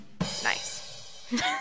Nice